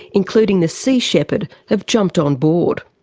including the sea shepherd, have jumped on board.